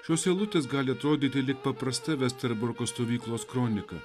šios eilutės gali atrodyti lyg paprasta vesterburko stovyklos kronika